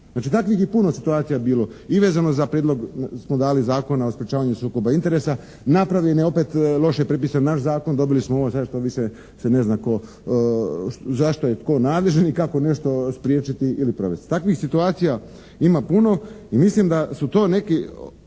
Znači, takvih je puno situacija bilo i vezano za prijedlog smo dali Zakona o sprječavanju sukoba interesa. Napravljen je, opet loše prepisan naš zakon, dobili smo ovo sada što više se ne zna za što je tko nadležan i kako nešto spriječiti ili provesti. Takvih situacija ima puno i mislim da su to neki